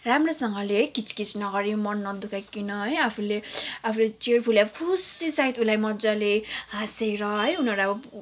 राम्रोसँगले है किचकिच नगरी मन नदुखाइकिन है आफूले आफूले चियरफुली खुसीसहित उसलाई मजाले हाँसेर है उनीहरू अब